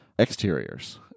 Exteriors